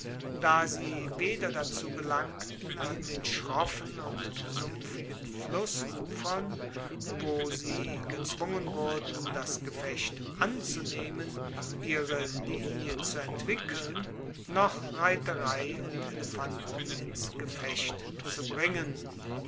da sie weder dazu gelangten an den schroffen und sumpfigen flussufern wo sie gezwungen wurden das gefecht anzunehmen ihre linie zu entwickeln noch reiterei und elefanten ins gefecht zu bringen